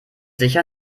sicher